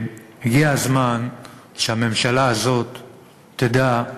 הגיע הזמן שהממשלה הזאת תדע,